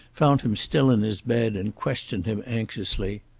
found him still in his bed and questioned him anxiously.